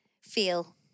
feel